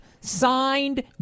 Signed